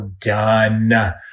done